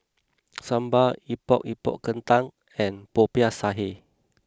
Sambal Epok Epok Kentang and Popiah Sayur